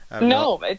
No